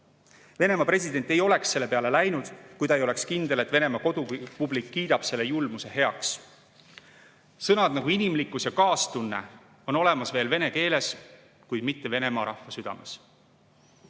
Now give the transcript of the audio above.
Venemaa president ei oleks selle peale läinud, kui ta ei oleks kindel, et kodupublik kiidab selle julmuse heaks. Sellised sõnad nagu "inimlikkus" ja "kaastunne" on olemas vene keeles, kuid mitte Venemaa rahva südames.